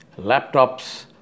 laptops